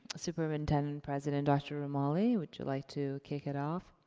superintendent-president dr. romali, would you like to kick it off?